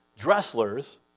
Dresslers